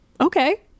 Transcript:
Okay